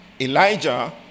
Elijah